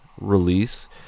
release